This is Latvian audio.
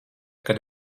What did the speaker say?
kad